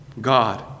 God